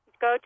Go